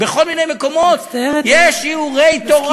בכל מיני מקומות יש שיעורי תורה.